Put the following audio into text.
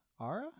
Ara